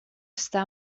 està